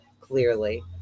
clearly